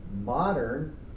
modern